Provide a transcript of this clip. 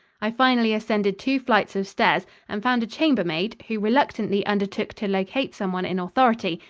i finally ascended two flights of stairs and found a chambermaid, who reluctantly undertook to locate someone in authority,